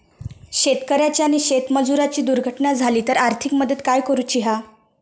शेतकऱ्याची आणि शेतमजुराची दुर्घटना झाली तर आर्थिक मदत काय करूची हा?